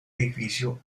edificio